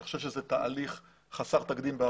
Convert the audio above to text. אני חושב שזה תהליך חסר תקדים.